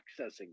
accessing